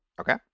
Okay